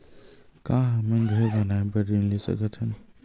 का हमन घर बनाए बार ऋण ले सकत हन?